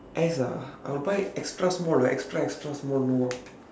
S ah I will buy extra small or extra extra small you know